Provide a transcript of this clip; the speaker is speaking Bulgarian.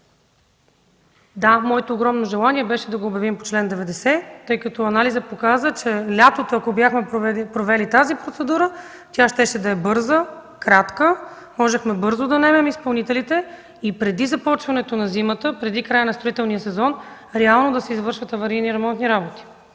Да, моето огромно желание беше да го обявим по чл. 90, тъй като анализът показа, че ако бяхме провели лятото тази процедура, тя щеше да е бърза, кратка, можехме бързо да наемем изпълнителите и преди започването на зимата, преди края на строителния сезон реално да се извършат аварийни ремонтни работи.